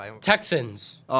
Texans